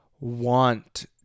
want